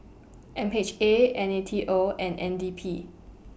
M H A N A T O and N D P